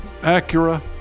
Acura